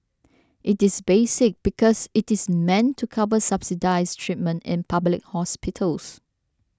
it is basic because it is meant to cover subsidised treatment in public hospitals